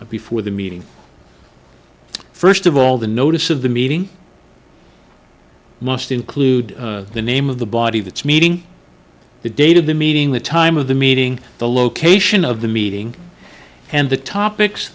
before the meeting first of all the notice of the meeting must include the name of the body of its meeting the date of the meeting the time of the meeting the location of the meeting and the topics